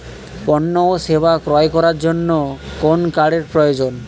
পণ্য ও সেবা ক্রয় করার জন্য কোন কার্ডের প্রয়োজন?